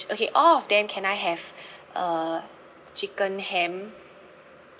okay all of them can I have uh chicken ham